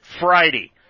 Friday